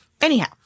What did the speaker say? Anyhow